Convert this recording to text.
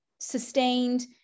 Sustained